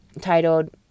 Titled